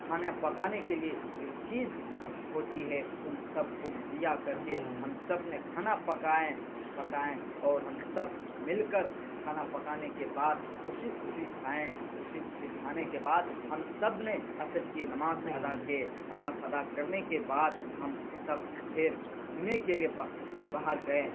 کھانا پکانے کے لیے جو چیز ہوتی ہے ان سب کو مہیا کر کے ہم سب نے کھانا پکائیں پکائیں اور ہم سب مل کر کھانا پکانے کے بعد خوشی خوشی کھائیں خوشی خوشی کھانے کے بعد ہم سب نے عصر کی نماز ادا کی نماس ادا کرنے کے بعد ہم سب پھر گھومنے کے لیے باہر باہر گئے